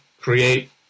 create